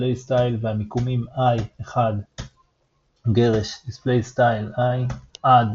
x והמיקומים i 1 ′ \displaystyle i'_{1} עד